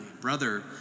brother